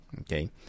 Okay